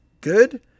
good